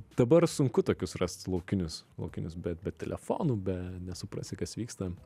dabar sunku tokius rast laukinius laukinius bet be telefonų be nesuprasi kas vyksta